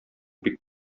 бик